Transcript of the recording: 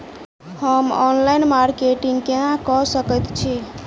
हम online marketing केना कऽ सकैत छी?